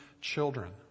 children